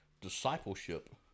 Discipleship